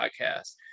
podcast